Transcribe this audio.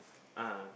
ah